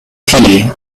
tea